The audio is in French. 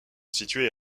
situés